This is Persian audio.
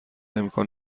امکان